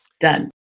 Done